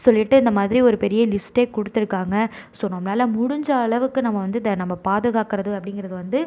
சொல்லிட்டு இந்த மாதிரி ஒரு பெரிய லிஸ்ட்டே கொடுத்துருக்காங்க ஸோ நம்மளால் முடிஞ்ச அளவுக்கு நம்ம வந்து இதை நம்ம பாதுகாக்கிறது அப்படிங்கிறது வந்து